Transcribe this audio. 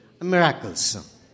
miracles